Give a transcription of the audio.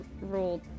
rolled